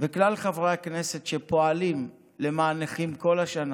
וכלל חברי הכנסת שפועלים למען נכים כל השנה.